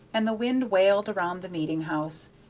and the wind wailed around the meeting-house.